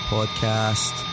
Podcast